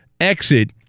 exit